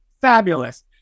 fabulous